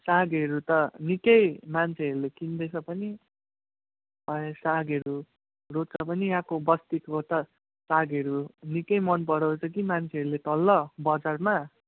सागहरू त निकै मान्छेहरूले किन्दैछ पनि अनि सागहरू रोप्छ पनि यहाँको बस्तीको त सागहरू निकै मन पराउँछ कि मान्छेहरूले तल बजारमा